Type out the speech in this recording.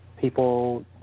People